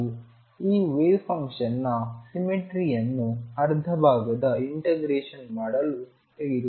ನೀವು ಈ ವೇವ್ ಫಂಕ್ಷನ್ನ ಸಿಮೆಟ್ರಿಯನ್ನು ಅರ್ಧಭಾಗದ ಇಂಟಿಗ್ರೇಷನ್ ಮಾಡಲು ತೆಗೆದುಕೊಳ್ಳಬೇಕು